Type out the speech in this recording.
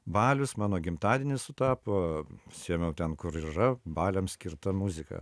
balius mano gimtadienis sutapo pasiėmiau ten kur yra baliams skirta muzika